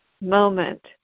moment